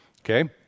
Okay